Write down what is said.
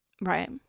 Right